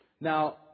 Now